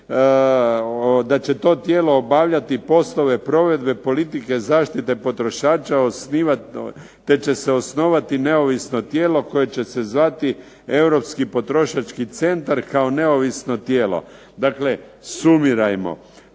da će to tijelo obavljati poslove provedbe politike zaštite potrošača, te će se osnovati neovisno tijelo koje će se zvati europski potrošački centar kao neovisno tijelo. Dakle, sumirajmo.